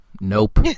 nope